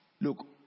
Look